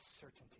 certainty